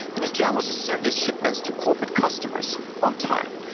and his job was to send these shipments to corporate customers on time,